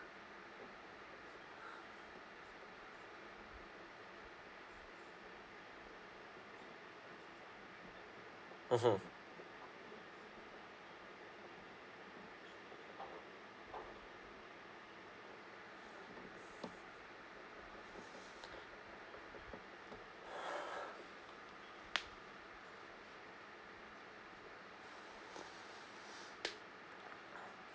mmhmm